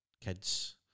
kids